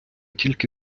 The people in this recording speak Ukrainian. тільки